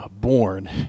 born